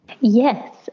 Yes